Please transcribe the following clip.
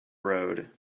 road